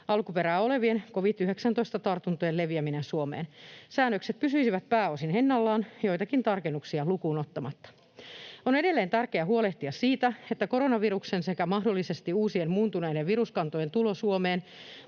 alkuperää olevien covid-19-tartuntojen leviäminen Suomeen. Säännökset pysyisivät pääosin ennallaan, joitakin tarkennuksia lukuun ottamatta. On edelleen tärkeää huolehtia siitä, että koronaviruksen sekä mahdollisesti uusien muuntuneiden viruskantojen tulo Suomeen